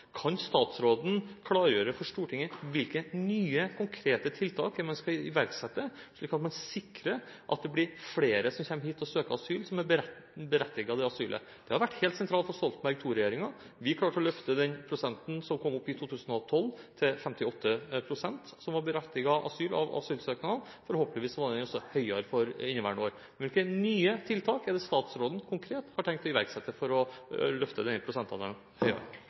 Kan statsråden klargjøre for Stortinget hvilke nye konkrete tiltak det er man skal iverksette, slik at man sikrer at flere av dem som kommer hit og søker asyl, er berettiget til det asylet? Det var helt sentralt for Stoltenberg II-regjeringen. Vi klarte å løfte den prosentandelen; i 2012 var 58 pst. av asylsøkerne berettiget til asyl. Forhåpentligvis er andelen også høyere for inneværende år. Hvilke nye tiltak er det statsråden konkret har tenkt å iverksette for å løfte denne prosentandelen enda høyere?